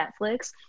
Netflix